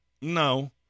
No